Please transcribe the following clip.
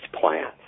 plants